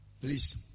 Please